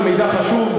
זה מידע חשוב,